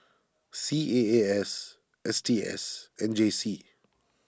C A A S S T S and J C